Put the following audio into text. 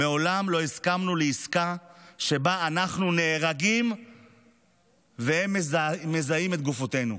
"מעולם לא הסכמנו לעסקה שבה אנחנו נהרגים והם מזהים את גופותינו".